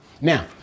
Now